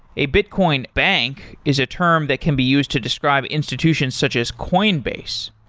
a bitcoin bank is a term that can be used to describe institutions such as coinbase.